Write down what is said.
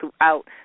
throughout